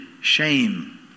shame